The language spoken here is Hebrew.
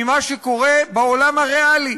ממה שקורה בעולם הריאלי,